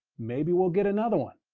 maybe we'll get another one.